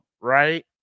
right